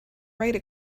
write